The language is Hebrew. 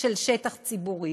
של שטח ציבורי.